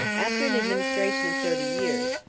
after an administration of thirty years,